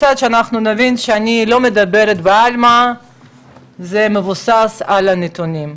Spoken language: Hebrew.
וזה כדי שאנחנו נבין שאני לא מדברת בעלמא וזה מבוסס על נתונים.